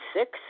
six